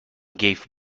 gave